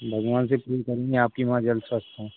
भगवान से प्रे करेंगे आपकी माँ जल्द स्वस्थ हों